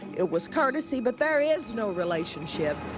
it was courtesy, but there is no relationship.